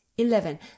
Eleven